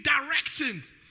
directions